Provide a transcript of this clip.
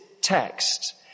text